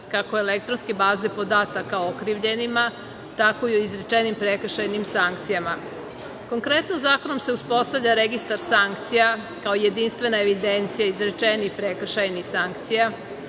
kako elektronske baze podataka o okrivljenima, tako i o izrečenim prekršajnim sankcijama. Konkretno zakonom se uspostavlja registar sankcija kao jedinstvena evidencija izrečenih prekršajnih sankcija,